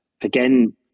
Again